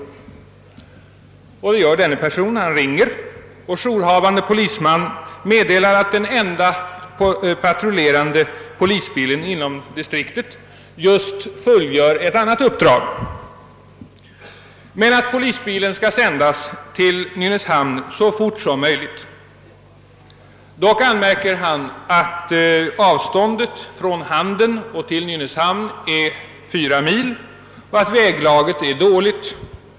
Jourhavande polisman i Handen meddelar att den enda patrullerande polisbilen i distriktet just fullgör ett annat uppdrag men att polisbilen skall sändas till Nynäshamn så fort som möjligt. Dock anmärker han att avståndet från Handen till Nynäshamn är fyra mil och att väglaget är dåligt.